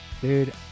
dude